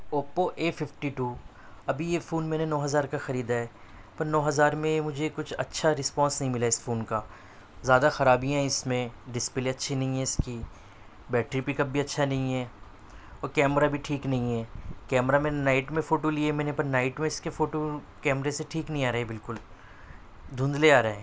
Oppo A fifty two ابھی یہ phone میں نے نو ہزار کا خریدا ہے پر نو ہزار میں مجھے کچھ اچھا رسپونس نہیں ملا اس فون کا زیادہ خرابیاں ہیں اس میں ڈسپلے اچھے نہیں ہے اس کی بیٹری پیک اپ بھی اچھا نہیں ہے کیمرہ بھی ٹھیک نہیں ہے کیمرہ میں نائٹ میں فوٹو لئے میں نے پر نائٹ میں اس کے فوٹو کیمرے سے ٹھیک نہیں آ رہے بالکل دھندلے آ رہے ہیں